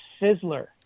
Sizzler